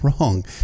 wrong